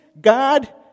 God